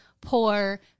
poor